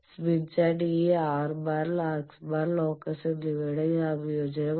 Smith chart ഈ R bar x̄ locus എന്നിവയുടെ സംയോജനമാണ്